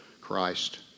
Christ